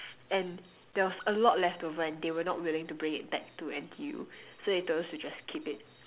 and there was a lot left over and they were not willing to bring it back to N_T_U so they told us to just keep it